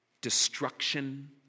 destruction